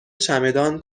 چمدان